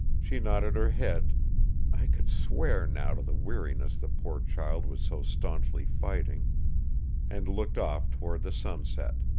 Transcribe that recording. she nodded her head i could swear now to the weariness the poor child was so staunchly fighting and looked off toward the sunset.